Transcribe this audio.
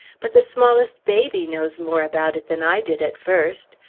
but the smallest baby knows more about it than i did at first.